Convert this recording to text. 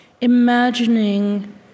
imagining